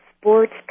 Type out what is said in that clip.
sports